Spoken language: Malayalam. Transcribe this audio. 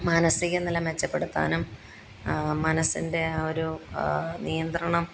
മാനസിക നില മെച്ചപ്പെടുത്താനും മനസ്സിൻ്റെ ഒരു നിയന്ത്രണം